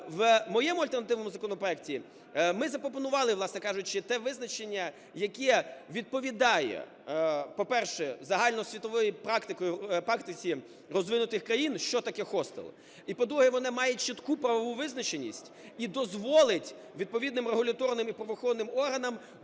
В моєму, альтернативному, законопроекті ми запропонували, власне кажучи, те визначення, яке відповідає, по-перше, загальносвітовій практиці розвинутих країн, що таке хостел; і, по-друге, воно має чітку правову визначеність і дозволить відповідним регуляторним і правоохоронним органам